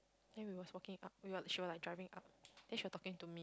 then we was walking up we were she were like driving up then she was talking to me